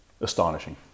Astonishing